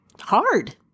hard